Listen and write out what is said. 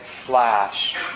flash